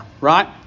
right